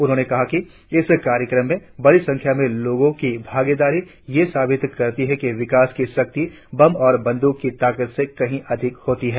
उन्होंने कहा कि इस कार्यक्रम में बड़ी संख्या में लोगों की भागीदारी ये सबित करती है कि विकास की शक्ति बम और बंदूक की ताकत से कहीं अधिक होती है